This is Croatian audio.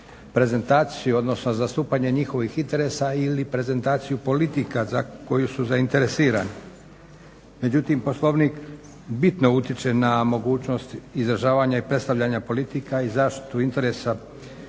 prezentaciju, odnosno zastupanje njihovih interesa ili prezentaciju politika za koju su zainteresirani. Međutim, Poslovnik bitno utječe na mogućnost izražavanja i predstavljanja politika i zaštitu interesa hrvatskih